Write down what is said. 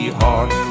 heart